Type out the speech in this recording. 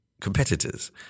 competitors